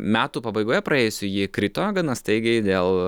metų pabaigoje praėjusių ji krito gana staigiai dėl